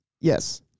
Yes